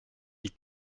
die